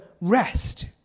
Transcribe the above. rest